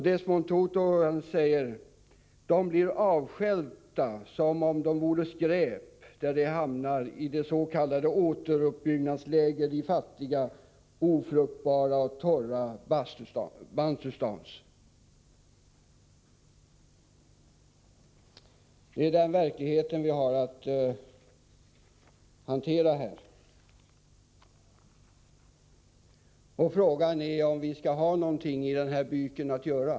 Desmond Tutu säger: De blir avstjälpta, som om de vore skräp, när de hamnar i dessa s.k. återuppbyggnadsläger i fattiga, ofruktbara och torra bantustans. Det är den verklighet som vi har att hantera här. Frågan är om vi skall ha någonting i den byken att göra.